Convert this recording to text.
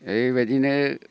ओरैबायदिनो